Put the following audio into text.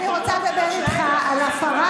אני רוצה לדבר איתך על הפרת